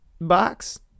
box